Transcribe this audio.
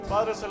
Padre